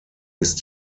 ist